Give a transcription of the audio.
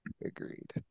Agreed